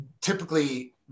typically